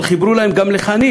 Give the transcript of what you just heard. אבל חיברו להן גם לחנים.